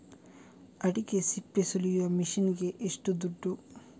ಅಡಿಕೆ ಸಿಪ್ಪೆ ಸುಲಿಯುವ ಮಷೀನ್ ಗೆ ಏಷ್ಟು ದುಡ್ಡು?